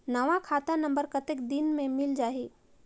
नवा खाता नंबर कतेक दिन मे मिल जाही?